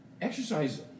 Exercise